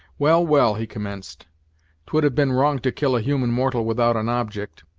well, well, he commenced twould have been wrong to kill a human mortal without an object.